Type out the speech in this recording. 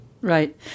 Right